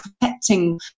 protecting